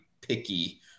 picky